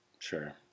Sure